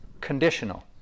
conditional